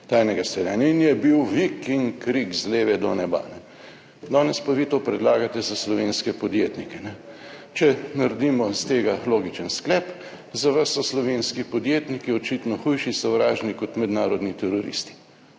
tajnega sledenja in je bil vik in krik z leve do neba. Danes pa vi to predlagate za slovenske podjetnike. Če naredimo iz tega logičen sklep, za vas so slovenski podjetniki očitno hujši sovražnik kot mednarodni teroristi.